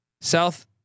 South